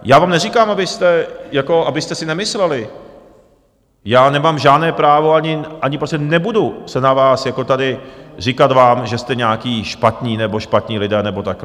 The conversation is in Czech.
Já vám neříkám, abyste jako, abyste si nemysleli, já nemám žádné právo ani prostě nebudu se na vás jako, tady říkat vám, že jste nějací špatní nebo špatní lidé nebo takhle.